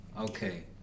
okay